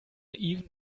even